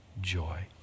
joy